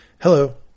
Hello